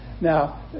now